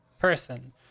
person